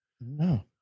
No